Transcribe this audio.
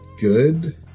good